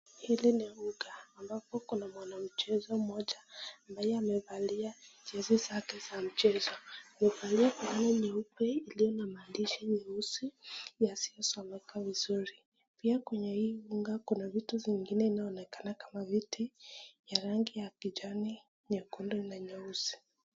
Hili ni duka, ambapo kuna mwana mchezo moja ambaye amevalia jezi zake za mchezo amevalia nguo nyeupe iliyo na maandishi nyeusi yasio someka vizuri. Pia kwenye hii duka kuna vitu vingine vionaonekana kama viti, ya rangi ya kijani, nyekundu na nyeusi.